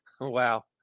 Wow